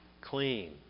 clean